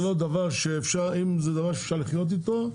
אם זה דבר שאפשר לחיות איתו,